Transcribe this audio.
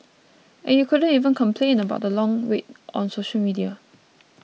and you couldn't even complain about the long wait on social media